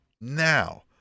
now